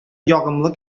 ягымлы